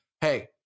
hey